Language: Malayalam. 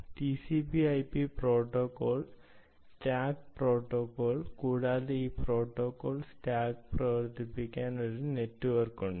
TCP IP protocol stack protocol കൂടാതെ ഈ പ്രോട്ടോക്കോൾ സ്റ്റാക്ക് പ്രവർത്തിപ്പിക്കാൻ ഒരു നെറ്റ്വർക്ക് ഉണ്ട്